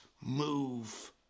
move